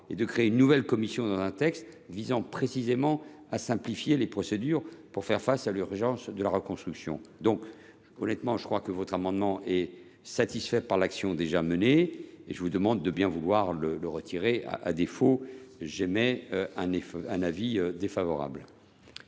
et de créer une nouvelle commission dans un texte visant précisément à simplifier les procédures pour faire face à l’urgence de la reconstruction. Dès lors que votre amendement est satisfait par l’action menée par le Gouvernement, je vous demande de bien vouloir le retirer ; à défaut, j’émettrais un avis défavorable.